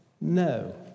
no